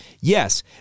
Yes